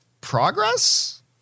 Progress